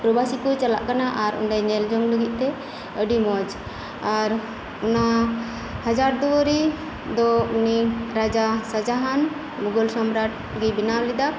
ᱯᱨᱚᱵᱟᱥᱤᱠᱩ ᱪᱟᱞᱟᱜ ᱠᱟᱱᱟ ᱟᱨ ᱚᱸᱰᱮ ᱧᱮᱞ ᱡᱚᱝ ᱞᱟᱹᱜᱤᱫ ᱛᱮ ᱟᱹᱰᱤ ᱢᱚᱪ ᱟᱨ ᱚᱱᱟ ᱦᱟᱡᱟᱨ ᱫᱩᱣᱟᱹᱨᱤ ᱫᱚ ᱢᱤᱫ ᱨᱟᱡᱟ ᱥᱟᱡᱟᱦᱟᱱ ᱢᱩᱜᱚᱞ ᱥᱚᱢᱨᱟᱴ ᱜᱤᱭ ᱵᱮᱱᱟᱣ ᱞᱮᱫᱟ